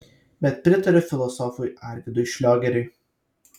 bet pritariu filosofui arvydui šliogeriui